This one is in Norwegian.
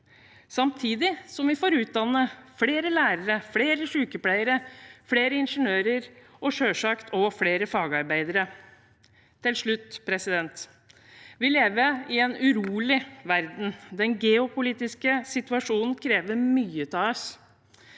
samtidig som vi får utdannet flere lærere, flere sykepleiere, flere ingeniører og selvsagt også flere fagarbeidere. Til slutt: Vi lever i en urolig verden. Den geopolitiske situasjonen krever mye av oss.